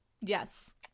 Yes